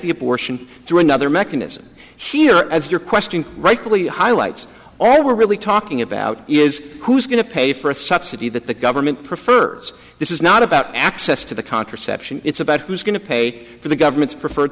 the abortion through another mechanism here as your question rightfully highlights all we're really talking about is who's going to pay for a subsidy that the government prefer this is not about access to the contraception it's about who's going to pay for the government's preferred